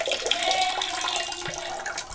jessie leeanne fields